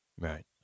right